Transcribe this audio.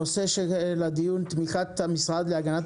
הנושא לדיון הזה הוא: תמיכת המשרד להגנת